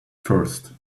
first